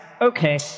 okay